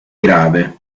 grave